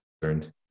concerned